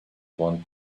want